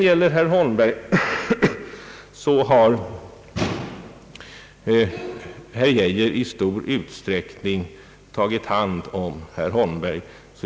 Herr Geijer har i stor utsträckning tagit hand om herr Holmberg.